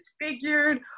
disfigured